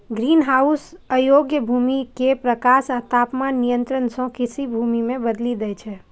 greenhouse अयोग्य भूमि कें प्रकाश आ तापमान नियंत्रण सं कृषि भूमि मे बदलि दै छै